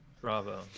Bravo